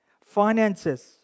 finances